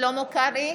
שלמה קרעי,